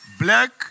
Black